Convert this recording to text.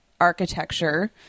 architecture